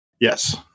Yes